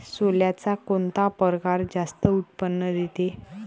सोल्याचा कोनता परकार जास्त उत्पन्न देते?